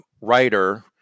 writer